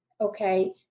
okay